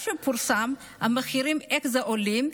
איך המחירים עולים?